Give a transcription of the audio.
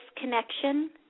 connection